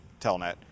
Telnet